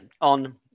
on